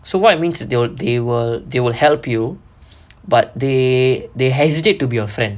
so what it means they will they will they will help you but they they hesitate to be your friend